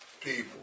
people